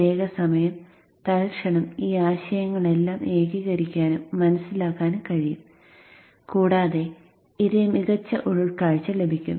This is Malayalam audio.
പ്രത്യേക സമയം തൽക്ഷണം ഈ ആശയങ്ങളെല്ലാം ഏകീകരിക്കാനും മനസ്സിലാക്കാനും കഴിയും കൂടാതെ ഇതിൽ മികച്ച ഉൾക്കാഴ്ചകൾ ലഭിക്കും